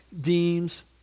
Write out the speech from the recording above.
deems